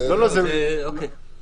לא, זה ברור.